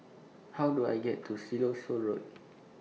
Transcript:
How Do I get to Siloso Road